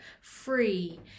free